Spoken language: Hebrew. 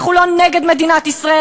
אנחנו לא נגד מדינת ישראל.